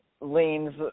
leans